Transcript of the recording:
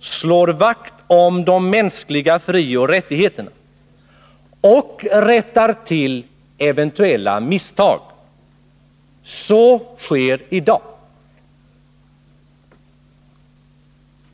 slår vakt om de mänskliga frioch rättigheterna och rättar till eventuella misstag. Så sker i dag.